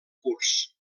curs